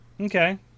Okay